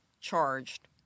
charged